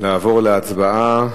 לעבור להצבעה.